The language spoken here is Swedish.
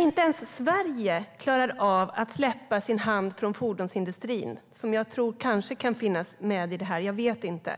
Inte ens Sverige klarar av att släppa fordonsindustrin med handen. Jag tror att den kanske kan finnas med i detta - jag vet inte.